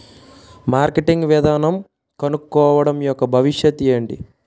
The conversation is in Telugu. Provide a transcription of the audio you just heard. మార్కెటింగ్ విధానం కనుక్కోవడం యెక్క భవిష్యత్ ఏంటి?